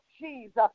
Jesus